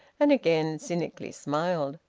and again cynically smiled.